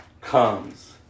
comes